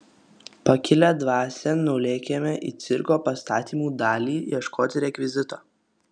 pakilia dvasia nulėkėme į cirko pastatymų dalį ieškoti rekvizito